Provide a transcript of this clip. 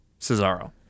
Cesaro